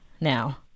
now